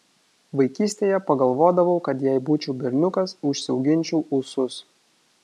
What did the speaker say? vaikystėje pagalvodavau kad jei būčiau berniukas užsiauginčiau ūsus